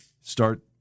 Start